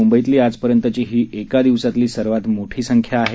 मुंबईतली आजपर्यंतची ही एकादिवसातली सर्वांत मोठी संख्या आहे